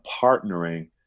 partnering